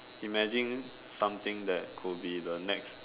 imagine something that could be the next